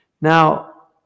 Now